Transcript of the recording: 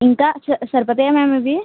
ఇంకా స సరిపోతాయా మ్యామ్ ఇవి